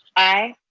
aye.